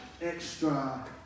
extra